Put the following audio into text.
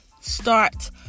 start